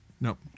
Nope